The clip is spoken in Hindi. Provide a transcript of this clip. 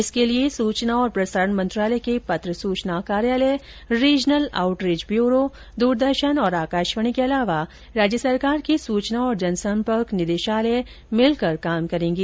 इसके लिए सुचना और प्रसारण मंत्रालय के पत्र सुचना कार्यालय regional outreach bureau Doordarshan और आकाशवाणी के अलावा राज्य सरकार के सूचना और जनसंपर्क निदेशालय मिलकर काम करेंगे